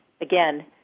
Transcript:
again